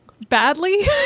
Badly